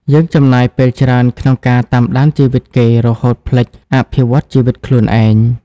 យើងចំណាយពេលច្រើនក្នុងការ "តាមដានជីវិតគេ" រហូតភ្លេច "អភិវឌ្ឍជីវិតខ្លួនឯង"។